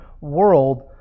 world